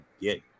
get